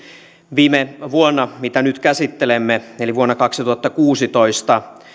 viime vuonna mitä nyt käsittelemme eli vuonna kaksituhattakuusitoista